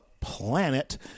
planet